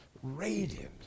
Radiant